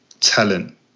talent